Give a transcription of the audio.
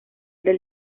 del